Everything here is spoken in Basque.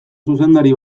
zuzendari